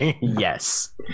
yes